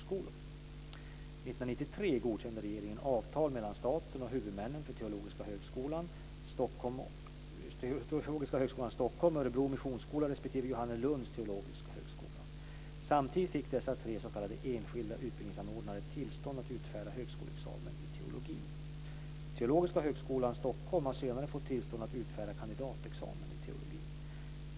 År 1993 godkände regeringen avtal mellan staten och huvudmännen för Teologiska Högskolan, Stockholm, Örebro Missionsskola respektive Johannelunds teologiska högskola. Samtidigt fick dessa tre s.k. Stockholm, har senare fått tillstånd att utfärda kandidatexamen i teologi.